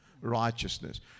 righteousness